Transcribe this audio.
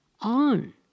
on